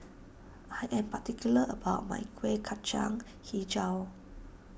I am particular about my Kuih Kacang HiJau